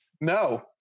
No